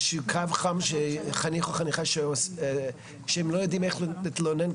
חם לחניכים שלא יודעים איך להתלונן?